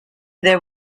there